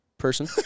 person